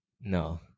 No